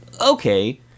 okay